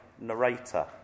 narrator